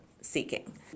seeking